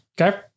Okay